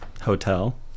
Hotel